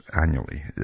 annually